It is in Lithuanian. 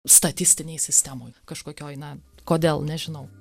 statistinėj sistemoj kažkokioj na kodėl nežinau